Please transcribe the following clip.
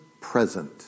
present